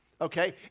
Okay